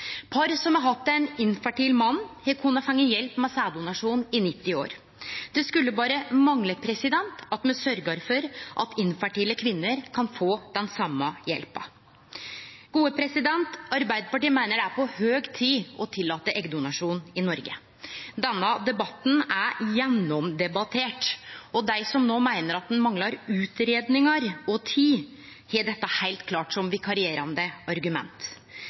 Par der mannen har vore infertil, har i 90 år kunna fått hjelp med sæddonasjon. Det skulle berre mangle at me ikkje sørgjer for at infertile kvinner kan få den same hjelpa. Arbeidarpartiet meiner det er på høg tid å tillate eggdonasjon i Noreg. Denne saka er gjennomdebattert, og dei som no meiner at det manglar utgreiingar og tid, har dette heilt klart som vikarierande argument.